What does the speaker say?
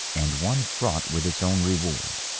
and one fraught with its own reward.